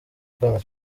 bwana